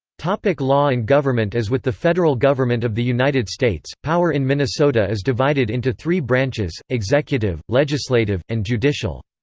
like law and government as with the federal government of the united states, power in minnesota is divided into three branches executive, legislative, and judicial.